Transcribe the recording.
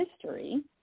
history